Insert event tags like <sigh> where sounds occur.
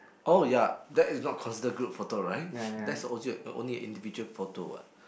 oh ya that is not considered group photo right <breath> that's on~ only a individual photo what